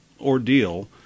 ordeal